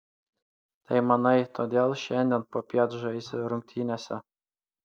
tai manai todėl šiandien popiet žaisi rungtynėse